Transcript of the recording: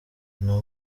nta